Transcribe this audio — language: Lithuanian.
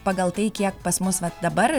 pagal tai kiek pas mus vat dabar